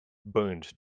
burned